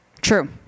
True